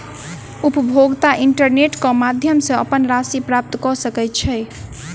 उपभोगता इंटरनेट क माध्यम सॅ अपन राशि प्राप्त कय सकै छै